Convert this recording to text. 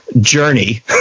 journey